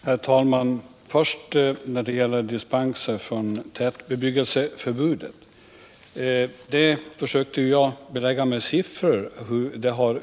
Herr talman! Jag försökte med siffror belägga hur dispenserna från tätbebyggelseförbudet har utvecklats.